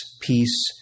peace